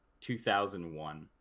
2001